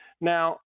Now